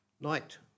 night